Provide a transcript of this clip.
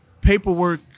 paperwork